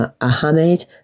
Ahmed